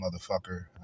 motherfucker